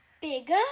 Bigger